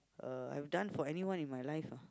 uh I have done for anyone in my life ah